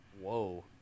whoa